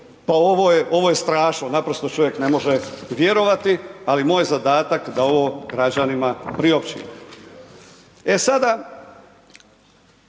je, ovo je strašno, naprosto čovjek ne može vjerovati, ali moj je zadatak da ovo građanima priopćim. E sada,